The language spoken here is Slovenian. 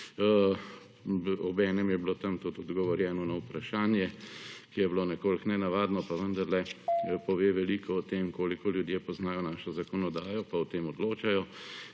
Obenem je bilo tam tudi odgovorjeno na vprašanje, ki je bilo nekoliko nenavadno, pa vendarle / znak za konec razprave/ pove veliko o tem, koliko ljudje poznajo našo zakonodajo pa o tem odločajo.